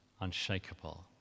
unshakable